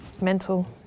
Mental